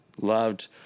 loved